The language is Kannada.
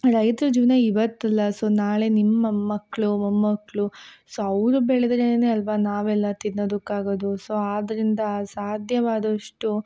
ರೈತ್ರ ಜೀವನ ಇವತ್ತಲ್ಲ ಸೊ ನಾಳೆ ನಿಮ್ಮ ಮೊಮ್ಮಕ್ಳು ಮೊಮ್ಮಕ್ಕಳು ಸೊ ಅವರು ಬೆಳೆದ್ರೇ ಅಲ್ಲವಾ ನಾವೆಲ್ಲ ತಿನ್ನೋದಕ್ಕಾಗೋದು ಸೊ ಆದ್ದರಿಂದ ಸಾಧ್ಯವಾದಷ್ಟು